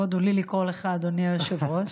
לי לקרוא לך "אדוני היושב-ראש".